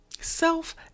Self